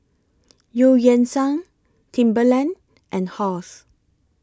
EU Yan Sang Timberland and Halls